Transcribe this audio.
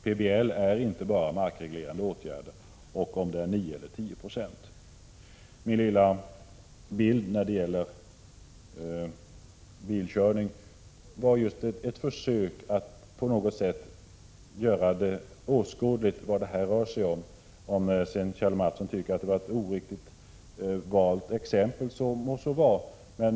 PBL föreskriver inte bara markreglerande åtgärder, och det är inte en fråga om 9 eller 10 96. Min lilla bild av bilkörning var ett försök att på något sätt göra åskådligt vad detta rör sig om. Om sedan Kjell Mattsson tycker att det var ett oriktigt valt exempel må så vara.